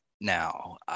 now